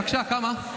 בבקשה, כמה?